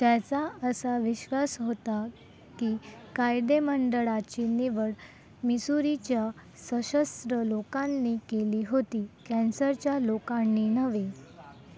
ज्याचा असा विश्वास होता की कायदेमंडळाची निवड मिसुरीच्या सशस्त्र लोकांनी केली होती कॅन्सरच्या लोकांनी नव्हे